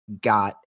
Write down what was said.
got